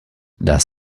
das